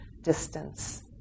distance